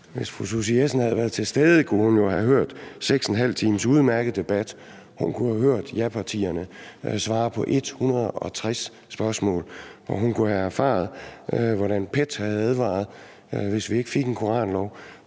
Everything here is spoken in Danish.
hvis fru Susie Jessen havde været til stede, kunne hun jo have hørt 6½ times udmærket debat. Hun kunne have hørt japartierne svare på 160 spørgsmål, og hun kunne have erfaret, hvordan PET havde advaret imod det, hvis vi ikke fik en koranlov,